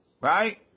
Right